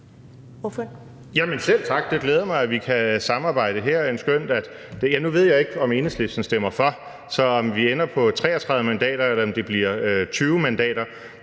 selv tak. Det glæder mig, at vi kan samarbejde her. Nu ved jeg ikke, om Enhedslisten stemmer for, og om vi så ender på 33 mandater, eller om det bliver 20 mandater,